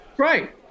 right